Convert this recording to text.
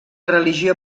religió